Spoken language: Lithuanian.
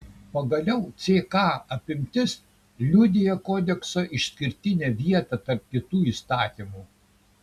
pagaliau ck apimtis liudija kodekso išskirtinę vietą tarp kitų įstatymų